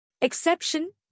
Exception